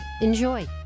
Enjoy